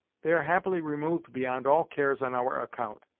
they are happily removed beyond all cares on our account.